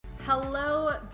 Hello